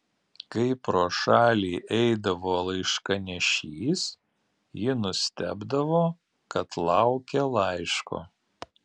kai pro šalį eidavo laiškanešys ji nustebdavo kad laukia laiško